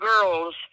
girls